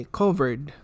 covered